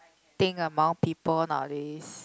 thing among people nowadays